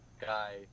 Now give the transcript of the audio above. guy